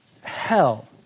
Hell